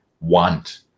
want